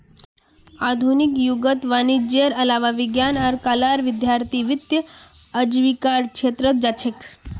आधुनिक युगत वाणिजयेर अलावा विज्ञान आर कलार विद्यार्थीय वित्तीय आजीविकार छेत्रत जा छेक